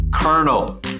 Colonel